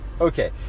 okay